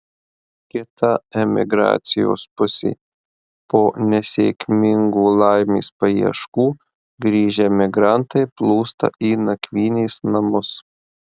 kita emigracijos pusė po nesėkmingų laimės paieškų grįžę emigrantai plūsta į nakvynės namus